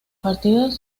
partidos